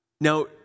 Now